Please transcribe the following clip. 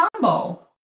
combo